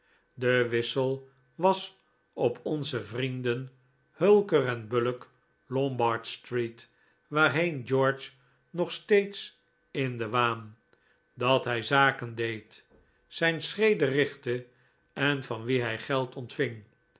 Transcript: de wissel was op onze vrienden hulker bullock lombardstreet waarheen george nog steeds in den waan dat hij zaken deed zijn schreden richtte en van wie hij geld ontving